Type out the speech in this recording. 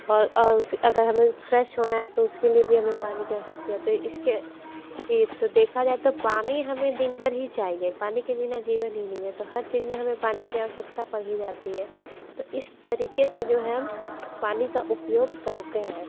और अगर हमें फ़्रेश होना है तो उसके लिए भी हमें पानी की आवश्यकता है इसके तो देखा जाए तो पानी हमें दिन भर ही चाहिए पानी के बिना जीवन ही नहीं है तो हर चीज़ में हमें पानी की आवश्यकता पड़ ही जाती है तो इस तरीके से जो है हम पानी का उपयोग करते हैं